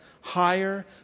higher